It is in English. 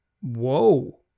Whoa